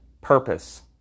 purpose